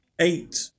Eight